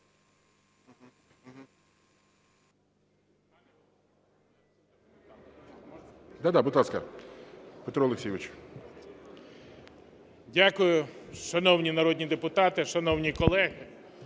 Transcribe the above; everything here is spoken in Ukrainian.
Дякую, шановні народні депутати, шановні колеги.